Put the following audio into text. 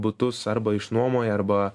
butus arba išnuomoja arba